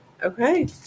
Okay